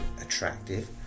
attractive